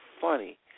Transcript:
funny